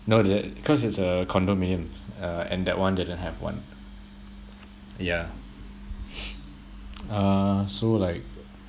no dear cause it's a condominium uh and that one didn't have one yeah uh so like